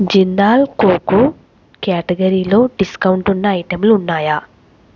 Jindal coco క్యాటగరీలో డిస్కౌంటున్న ఐటెంలు ఉన్నాయా